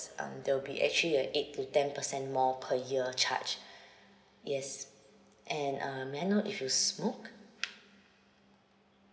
um there will be actually a eight to ten percent more per year charge yes and uh may I know if you smoke